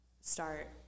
start